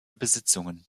besitzungen